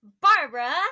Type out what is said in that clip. Barbara